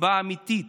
הסיבה האמיתית